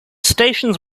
stations